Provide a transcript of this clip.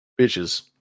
Bitches